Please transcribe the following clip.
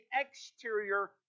exterior